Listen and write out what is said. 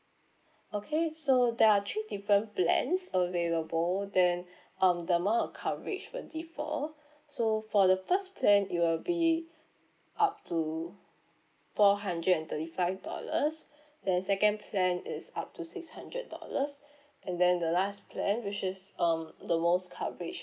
okay so there are three different plans available then um the amount of coverage will differ so for the first plan it will be up to four hundred and thirty five dollars then second plan is up to six hundred dollars and then the last plan which is um the most coverage